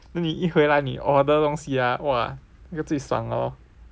then 你一回来你 order 东西啊哇那个最爽的 lor